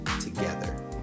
together